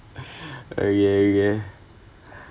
okay okay